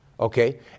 Okay